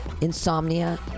Insomnia